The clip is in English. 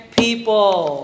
people